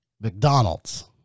McDonald's